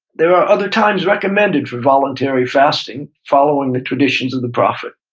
there are other times recommended for voluntary fasting, following the traditions of the prophet.